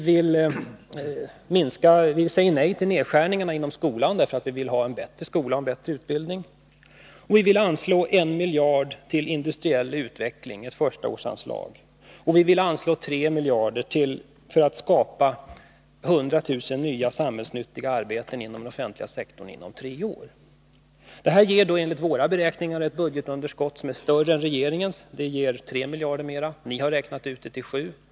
Vi säger nej till nedskärningarna inom skolan, därför att vi vill ha en bättre skola och bättre utbildning. Vi vill anslå 1 miljard till industriell utveckling, ett första års anslag, och vi vill anslå tre miljarder tillatt skapa 100 000 nya samhällsnyttiga arbeten inom den offentliga sektorn inom tre år. Det här ger enligt våra beräkningar ett budgetunderskott som är 3 miljarder större än regeringens. Ni har räknat det till 7 miljarder.